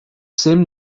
same